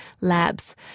labs